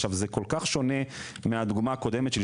זה כל כך שונה מהדוגמה הקודמת שלי.